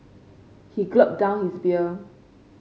he gulped down his beer